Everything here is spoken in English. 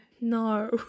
No